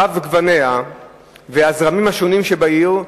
רוב גווניה והזרמים השונים שבעיר,